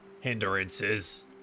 hindrances